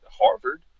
Harvard